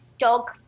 dog